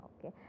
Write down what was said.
Okay